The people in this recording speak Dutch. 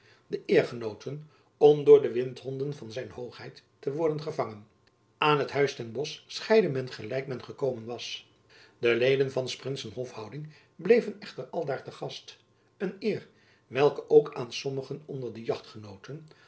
de eer genoten om door de windhonden van zijn hoogheid te worden gevangen aan het huis ten bosch scheidde men gelijk men jacob van lennep elizabeth musch gekomen was de leden van s prinsen hofhouding bleven echter aldaar te gast een eer welke ook aan sommigen onder de